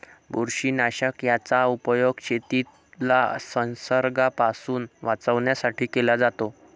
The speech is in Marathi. बुरशीनाशक याचा उपयोग शेतीला संसर्गापासून वाचवण्यासाठी केला जातो